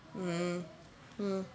mm mm